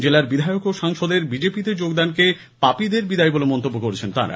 জেলার বিধায়ক ও সাংসদদের বিজেপি তে যোগদানকে পাপীদের বিদায় বলে মন্তব্য করেন তারা